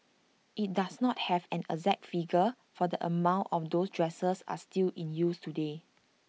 IT does not have an exact figure for the amount of those dressers are still in use today